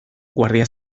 guardia